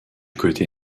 côté